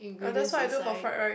ah that's why I do for fried rice